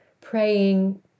praying